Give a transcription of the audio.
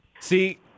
See